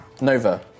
Nova